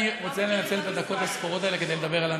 אני רוצה לנצל את הדקות הספורות האלה כדי לדבר על הנצחה.